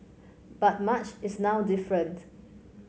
but much is now different